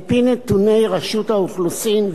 על-פי נתוני רשות האוכלוסין,